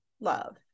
love